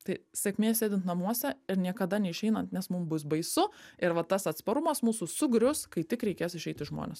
tai sėkmės sėdint namuose ir niekada neišeinant nes mum bus baisu ir va tas atsparumas mūsų sugrius kai tik reikės išeiti žmones